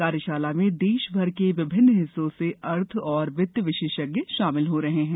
कार्यशाला में देश के विभिन्न हिस्सों से अर्थ और वित्त विशेषज्ञ शामिल हो रहे हैं